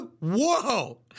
whoa